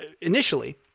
initially